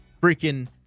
freaking